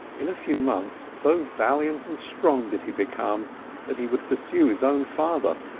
in a few months so valiant and strong did he become that he would pursue his own father,